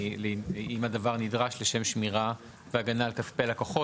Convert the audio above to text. אם הדבר נדרש לשם שמירה והגנה על כספי לקוחות.